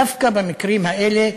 דווקא במקרים האלה,